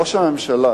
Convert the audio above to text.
ראש הממשלה